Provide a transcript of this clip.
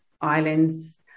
islands